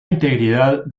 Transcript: integridad